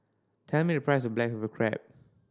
tell me the price of black pepper crab